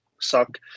suck